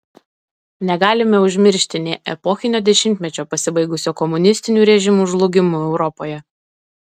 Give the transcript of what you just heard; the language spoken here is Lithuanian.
negalime užmiršti nė epochinio dešimtmečio pasibaigusio komunistinių režimų žlugimu europoje